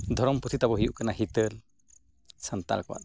ᱫᱷᱚᱨᱚᱢ ᱯᱩᱛᱷᱤ ᱛᱟᱵᱚᱱ ᱦᱩᱭᱩᱜ ᱠᱟᱱᱟ ᱦᱤᱛᱟᱹᱞ ᱥᱟᱱᱛᱟᱲ ᱠᱚᱣᱟᱜ ᱫᱚ